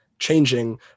changing